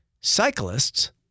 cyclists